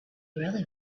really